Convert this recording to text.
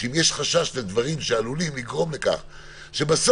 שאם יש חשש לדברים שעלולים לגרום לך שבסוף